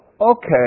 okay